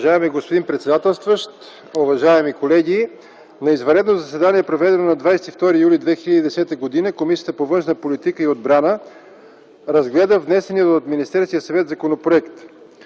Уважаема госпожо председател! „На извънредно заседание, проведено на 22 юли 2010 г., Комисията по външна политика и отбрана разгледа внесения от Министерския съвет законопроект.